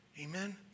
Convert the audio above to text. Amen